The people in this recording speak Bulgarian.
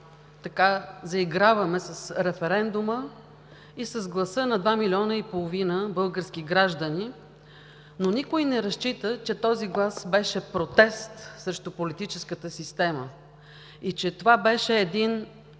заиграваме с референдума и с гласа на два милиона и половина български граждани, но никой не разчита, че този глас беше протест срещу политическата система, и че това беше един